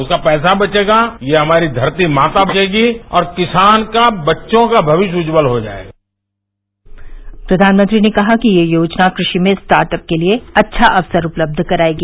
उसका पैसा बचेगा ये हमारी धरतीमाता बचेगी और किसान का बच्चों का भविष्य उज्जवल हो जाएगा प्रधानमंत्री ने कहा कि यह योजना कृषि में स्टार्ट अप के लिए अच्छा अवसर उपलब्ध कराएगी